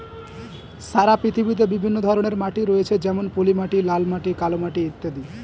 সারা পৃথিবীতে বিভিন্ন ধরনের মাটি রয়েছে যেমন পলিমাটি, লাল মাটি, কালো মাটি ইত্যাদি